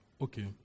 okay